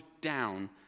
down